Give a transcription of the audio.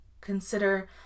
Consider